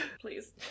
Please